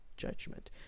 judgment